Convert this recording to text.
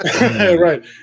Right